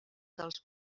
els